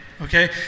Okay